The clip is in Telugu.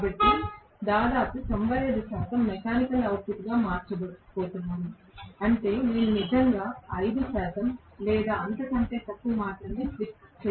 కాబట్టి నేను దాదాపు 95 శాతం మెకానికల్ అవుట్పుట్గా మార్చబోతున్నాను అంటే నేను నిజంగా 5 శాతం లేదా అంతకంటే తక్కువ మాత్రమే స్లిప్ చేయబోతున్నాను